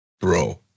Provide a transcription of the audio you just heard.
bro